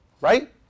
Right